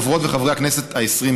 חברות וחברי הכנסת העשרים,